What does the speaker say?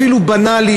אפילו בנאלי,